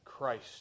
Christ